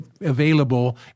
available